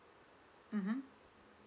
mmhmm